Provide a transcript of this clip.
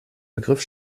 begriff